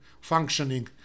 functioning